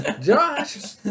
Josh